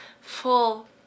full